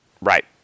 Right